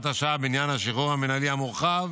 השעה בעניין השחרור המינהלי המורחב